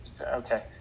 okay